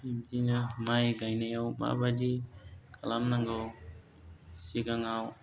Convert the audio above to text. बिदिनो माइ गायनायाव माबायदि खालामनांगौ सिगाङाव